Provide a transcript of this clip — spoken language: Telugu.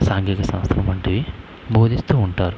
సాంఘికశాస్త్రం వంటివి భోదిస్తు ఉంటారు